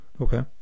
Okay